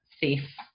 safe